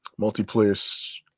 multiplayer